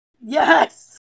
Yes